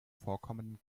vorkommenden